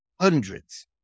hundreds